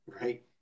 right